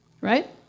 right